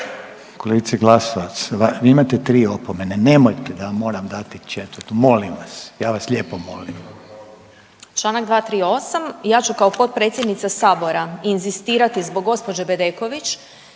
Kolegice Glasovac vi imate tri opomene nemojte da vam moram dati četvrtu. Molim vas! Ja vas lijepo molim. **Glasovac, Sabina (SDP)** Članak 238. ja ću kao potpredsjednica Sabora inzistirati zbog gospođe Bedeković